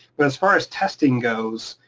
but as far as testing goes,